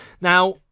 Now